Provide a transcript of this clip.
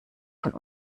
von